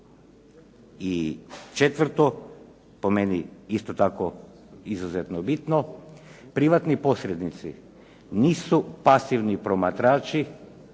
I četvrto, po meni isto tako izuzetno bitno. Privatni posrednici nisu pasivni promatrači,